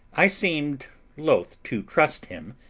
i seemed loth to trust him,